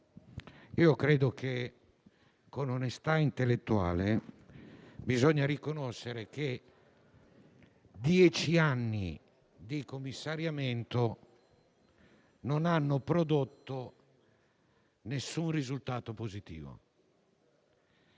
credo che, con onestà intellettuale, sia giusto riconoscere che dieci anni di commissariamento non hanno prodotto alcun risultato positivo.